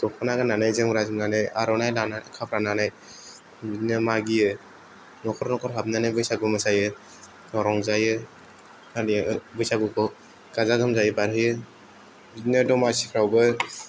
द'खना गाननानै जोमग्रा जोमनानै आर'नाइ लानानै खाफ्रानानै बिदिनो मागियो न'खर न'खर हाबनानै बैसागु मोसायो रंजायो गामियाव बैसागुखौ गाजा गोमजायै बारहोयो बिदिनो दमासिफ्रावबो